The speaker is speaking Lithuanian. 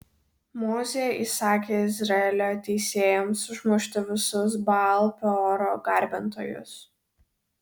mozė įsakė izraelio teisėjams užmušti visus baal peoro garbintojus